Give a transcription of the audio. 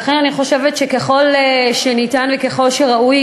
לכן אני חושבת שככל שניתן וככל שראוי,